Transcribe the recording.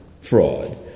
fraud